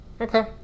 okay